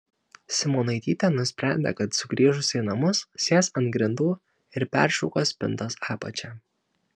simonaitytė nusprendė kad sugrįžusi į namus sės ant grindų ir peršukuos spintos apačią